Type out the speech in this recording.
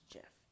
Jeff